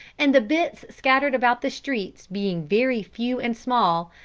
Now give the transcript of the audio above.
and the bits scattered about the streets being very few and small,